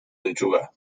lechuga